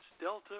Delta